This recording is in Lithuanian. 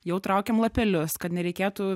jau traukiam lapelius kad nereikėtų